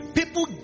people